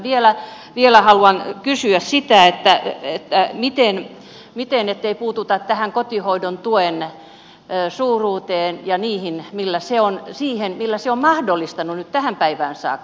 minä vielä haluan kysyä sitä että ei puututtaisi tähän kotihoidon tuen suuruuteen ja siihen mitä se on mahdollistanut tähän päivään saakka